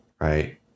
Right